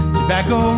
tobacco